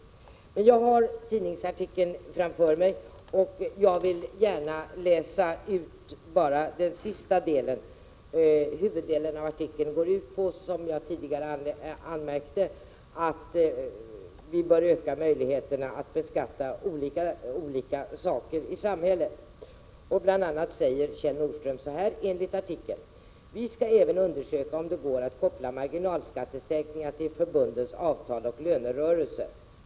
Huvuddelen av den tidningsartikel vi nu talar om går ut på, som jag tidigare anmärkte, att möjligheterna att beskatta olika saker i samhället bör ökas. Kjell Nordström säger bl.a.: Vi skall även undersöka om det går att koppla marginalskattesänkningar till förbundens avtal och lönerörelsen.